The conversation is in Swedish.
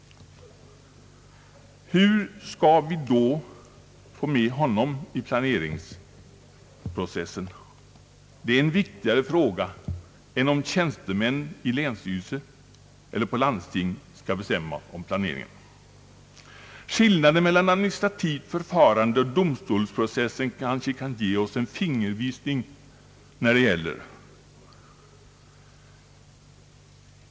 Hur skall vi då få med honom i planeringsprocessen? Det är en viktigare fråga än om tjänstemän i länsstyrelse eller på landsting skall bestämma om planeringen, Skillnaden mellan administrativt förfarande och domstolsprocess kanske kan ge oss en fingervisning när det gäller stridande intressen.